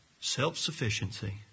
self-sufficiency